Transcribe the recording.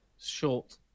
Short